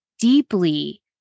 deeply